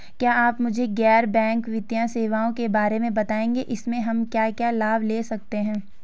क्या आप मुझे गैर बैंक वित्तीय सेवाओं के बारे में बताएँगे इसमें हम क्या क्या लाभ ले सकते हैं?